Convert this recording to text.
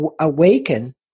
awaken